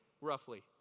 roughly